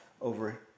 over